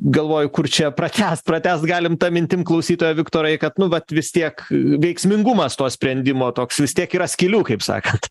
galvoju kur čia pratęst pratęst galim ta mintim klausytojo viktorai kad nu vat vis tiek veiksmingumas to sprendimo toks vis tiek yra skylių kaip sakant